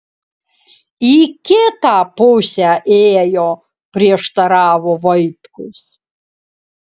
į kitą pusę ėjo prieštaravo vaitkus